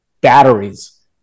batteries